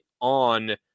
on